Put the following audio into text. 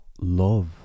love